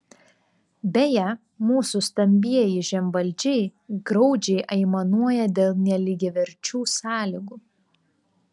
beje mūsų stambieji žemvaldžiai graudžiai aimanuoja dėl nelygiaverčių sąlygų